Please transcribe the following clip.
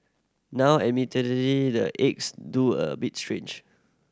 now admittedly the eggs do a bit strange